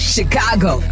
Chicago